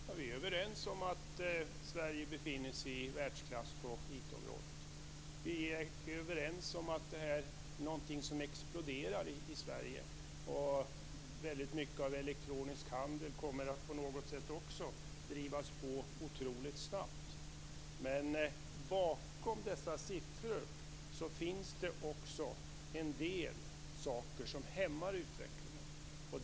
Fru talman! Vi är överens om att Sverige befinner sig i världsklass på IT-området. Vi är överens om att det här är någonting som exploderar i Sverige. Och detta med elektronisk handel kommer på något sätt också att drivas på. Men bakom dessa siffror finns också en del saker som hämmar utvecklingen.